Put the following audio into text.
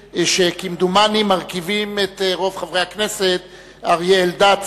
שכמדומני מרכיבים את רוב חברי הכנסת: אריה אלדד,